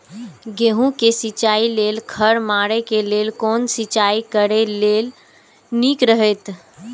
गेहूँ के सिंचाई लेल खर मारे के लेल कोन सिंचाई करे ल नीक रहैत?